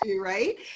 Right